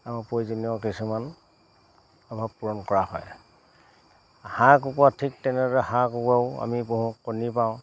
আমাৰ প্ৰয়োজনীয় কিছুমান অভাৱ পূৰণ কৰা হয় হাঁহ কুকৰা ঠিক তেনেদৰে হাঁহ কুকুৰাও আমি পোহোঁ কণী পাওঁ